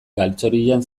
galtzorian